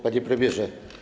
Panie Premierze!